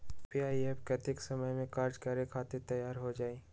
UPI app कतेइक समय मे कार्य करे खातीर तैयार हो जाई?